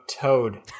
Toad